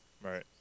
Right